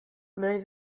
nahi